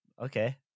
Okay